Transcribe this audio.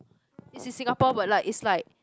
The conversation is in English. is in Singapore but like it's like